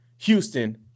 Houston